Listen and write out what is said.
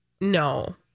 No